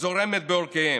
זורמת בעורקיהם,